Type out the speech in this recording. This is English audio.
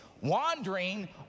wandering